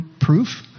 proof